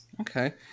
Okay